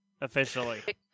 officially